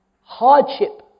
hardship